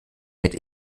mit